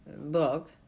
book